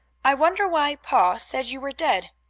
i wonder why pa said you were dead.